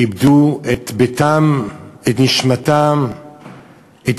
איבדו את ביתם, את